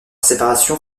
séparation